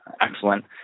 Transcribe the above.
excellent